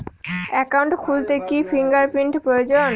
Account খুলতে কি fingerprint প্রয়োজন?